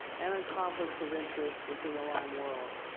and on conflicts of interest within the lyme world.